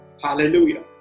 hallelujah